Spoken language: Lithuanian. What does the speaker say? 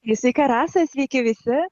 sveika rasa sveiki visi